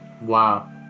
Wow